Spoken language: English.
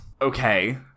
okay